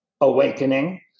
awakening